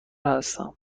هستم